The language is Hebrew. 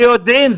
ביודעין,